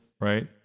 right